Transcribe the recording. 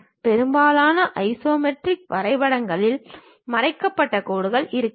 பெரும்பாலான ஐசோமெட்ரிக் வரைபடங்களில் மறைக்கப்பட்ட கோடுகள் இருக்காது